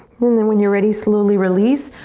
and then when you're ready, slowly release.